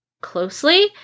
closely